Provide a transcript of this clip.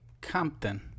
compton